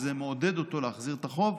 וזה מעודד אותו להחזיר את החוב.